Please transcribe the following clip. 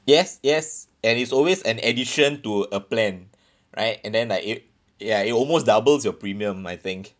yes yes and it's always an addition to a plan right and then like it ya it almost doubles your premium I think